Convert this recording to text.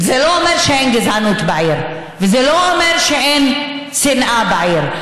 זה לא אומר שאין גזענות בעיר וזה לא אומר שאין שנאה בעיר,